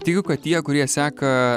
tikiu kad tie kurie seka